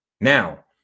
Now